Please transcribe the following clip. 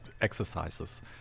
exercises